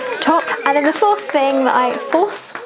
top. and and the fourth thing but i, force,